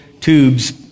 tubes